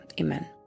Amen